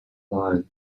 lied